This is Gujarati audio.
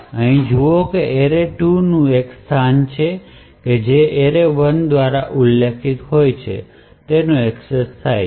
અહીં જુઓ કે array2 નું એક સ્થાન છે કે જે એરે 1 દ્વારા ઉલ્લેખિત હોય છે તેનો એક્સેસ થાય છે